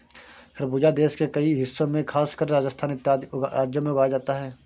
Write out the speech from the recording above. खरबूजा देश के कई हिस्सों में खासकर राजस्थान इत्यादि राज्यों में उगाया जाता है